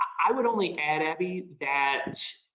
i would only add, abbie, that